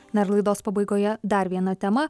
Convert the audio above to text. dar laidos pabaigoje dar viena tema